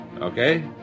Okay